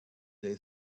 they